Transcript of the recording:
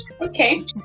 Okay